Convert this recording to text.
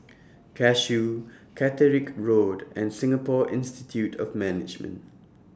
Cashew Catterick Road and Singapore Institute of Management